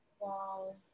Wow